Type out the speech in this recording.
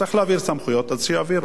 צריך להעביר סמכויות, אז שיעבירו.